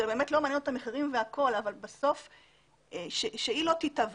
לא מעניין אותה המחירים אבל שהיא לא תיתבע